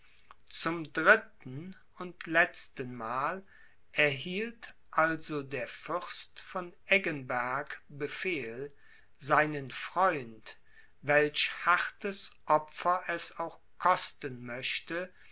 zum dritten und letzten mal erhielt also der fürst von eggenberg befehl seinen freund welch hartes opfer es auch kosten möchte